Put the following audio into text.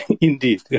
Indeed